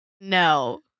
No